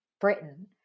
Britain